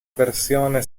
versione